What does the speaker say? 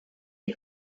die